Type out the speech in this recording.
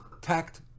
tact